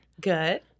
Good